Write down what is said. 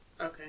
Okay